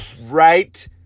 right